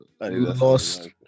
lost